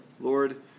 Lord